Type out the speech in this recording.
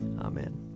Amen